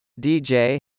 DJ